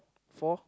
four